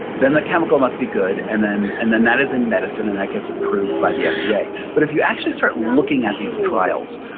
then the chemical must be good, and then and then that is in medicine, and that gets approved by the fda yeah but if you actually start looking at these trials,